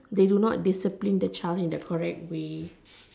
they do not discipline the child in the correct way